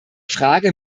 frage